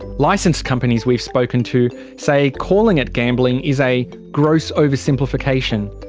licensed companies we've spoken to say calling it gambling is a gross oversimplification.